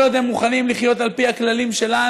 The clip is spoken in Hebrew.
כל עוד הם מוכנים לחיות על פי הכללים שלנו,